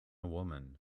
woman